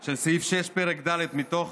של סעיף 6 בפרק ד' מתוך